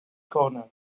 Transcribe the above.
corner